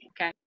okay